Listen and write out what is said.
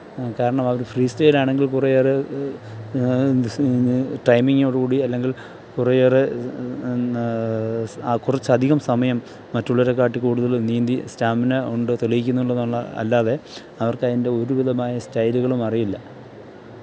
കാരണം അവർ ഫ്രീ സ്റ്റൈലാണെങ്കിൽ കുറേയേറെ ടൈമിങ്ങോടു കൂടി അല്ലെങ്കിൽ കുറേയേറെ കുറച്ചധികം സമയം മറ്റുള്ളവരെ കാട്ടിലും കൂടുതൽ നീന്തി സ്റ്റാമിന ഉണ്ട് തെളിയിക്കുന്നുണ്ടെന്നുള്ള അല്ലാതെ അവർക്ക് അതിൻ്റെ ഒരു വിധമായ സ്റ്റൈലുകളും അറിയില്ല